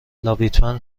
لاویتمن